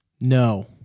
no